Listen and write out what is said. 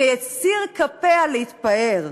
כיציר כפיה להתפאר,